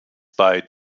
bei